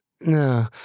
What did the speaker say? No